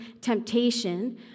temptation